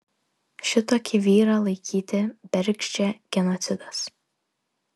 šitokį vyrą laikyti bergždžią genocidas